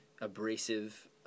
abrasive